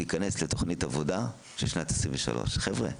יכנס לתוכנית עבודה של שנת 2023. חבר'ה,